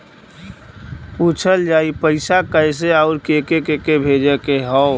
पूछल जाई पइसा कैसे अउर के के भेजे के हौ